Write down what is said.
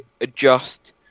adjust